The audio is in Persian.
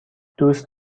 دوست